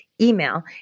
email